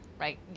right